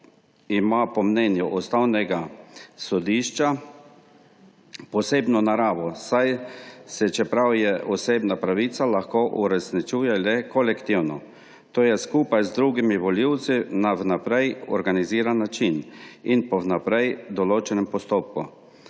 ima po mnenju Ustavnega sodišča posebno naravo, saj se, čeprav je osebna pravica, lahko uresničuje le kolektivno, to je skupaj z drugimi volivci na vnaprej organiziran način in po vnaprej določenem postopku.